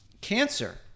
cancer